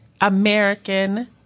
American